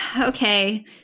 Okay